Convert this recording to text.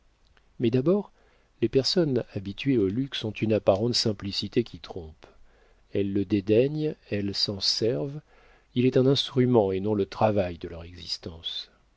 mais d'abord les personnes habituées au luxe ont une apparente simplicité qui trompe elles le dédaignent elles s'en servent il est un instrument et non le travail de leur existence